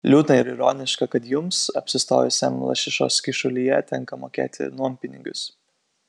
liūdna ir ironiška kad jums apsistojusiam lašišos kyšulyje tenka mokėti nuompinigius